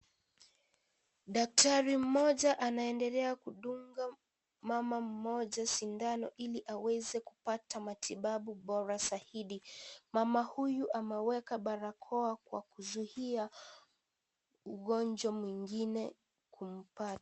Daktari mmoja anaendelea kudunga mama mmoja sindano ili aweze kupata matibabu bora zaidi. Mama huyu ameweka barakoa kwa kuzuia ugonjwa mwingine kumpata.